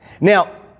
Now